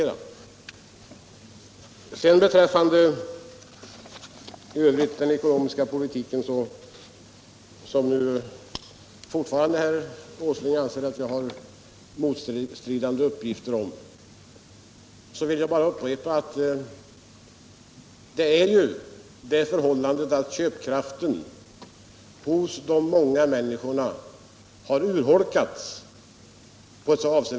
Vad sedan beträffar frågan om den ekonomiska politiken, där herr Åsling fortfarande anser att jag lämnat motstridande uppgifter, vill jag upprepa att vi har det förhållandet att köpkraften hos de många människorna har avsevärt urholkats.